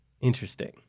Interesting